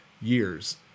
years